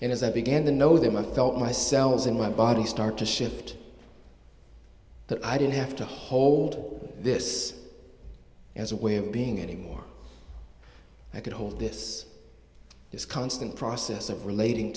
and as i began to know them i felt myself in my body start to shift that i didn't have to hold this as a way of being anymore i could hold this is constant process of relating